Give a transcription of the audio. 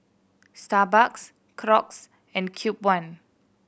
Starbucks Crocs and Cube One